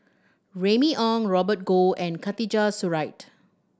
Remy Ong Robert Goh and Khatijah Surattee